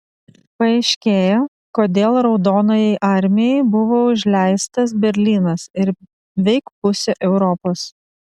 paaiškėja kodėl raudonajai armijai buvo užleistas berlynas ir veik pusė europos